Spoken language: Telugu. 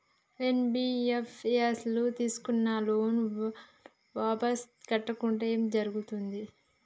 ఎన్.బి.ఎఫ్.ఎస్ ల తీస్కున్న లోన్ వాపస్ కట్టకుంటే ఏం జర్గుతది?